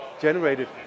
generated